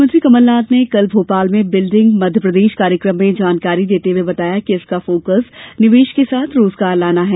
मुख्यमंत्री कमल नाथ ने कल भोपाल में बिल्डिंग मध्यप्रदेश कार्यक्रम में जानकारी देते हुए बताया कि इसका फोक्स निवेश के साथ रोजगार लाना है